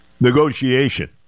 negotiation